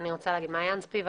מעין ספיבק,